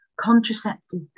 Contraceptive